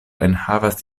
enhavas